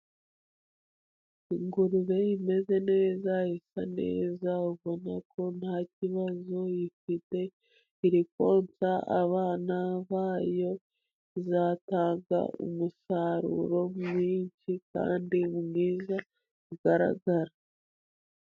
Ingurube imeze neza, isa neza ubona ko nta kibazo ifite, iri konsa abana bayo, izatanga umusaruro mwinshi kandi mwiza bigaragara.